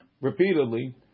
repeatedly